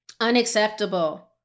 Unacceptable